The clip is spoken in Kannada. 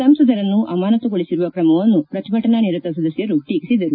ಸಂಸದರನ್ನು ಅಮಾನತುಗೊಳಿಸಿರುವ ಕ್ರಮವನ್ನು ಪ್ರತಿಭಟನಾ ನಿರತ ಸದಸ್ನರು ಟೀಕಿಸಿದರು